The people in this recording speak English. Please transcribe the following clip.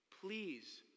Please